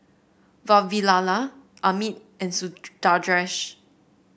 Vavilala Amit and